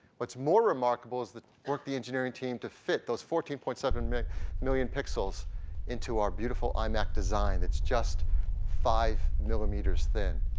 what's more remarkable is the work the engineering team to fit those fourteen point seven million pixels into our beautiful imac design. it's just five millimeters thin.